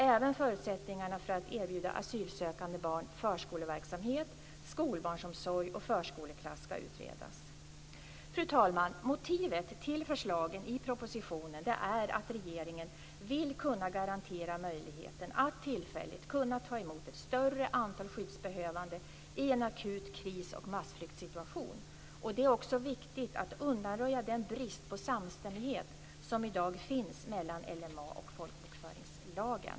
Även förutsättningarna för att erbjuda asylsökande barn förskoleverksamhet, skolbarnsomsorg och förskoleklass ska utredas. Fru talman! Motivet till förslagen i propositionen är att regeringen vill kunna garantera möjligheten att tillfälligt ta emot ett större antal skyddsbehövande i en akut kris och massflyktsituation. Det är också viktigt att undanröja den brist på samstämmighet som i dag finns mellan LMA och folkbokföringslagen.